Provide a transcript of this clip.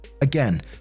Again